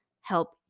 help